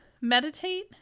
meditate